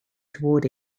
toward